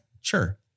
sure